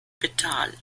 pedal